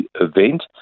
event